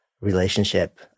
relationship